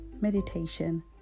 meditation